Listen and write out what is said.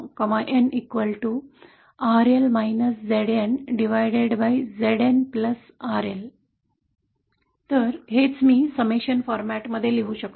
किंवा मी ते सारांश स्वरूपात लिहू शकतो